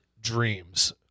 dreams